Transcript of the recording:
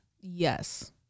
Yes